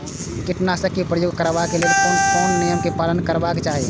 कीटनाशक क प्रयोग करबाक लेल कोन कोन नियम के पालन करबाक चाही?